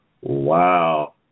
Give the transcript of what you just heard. Wow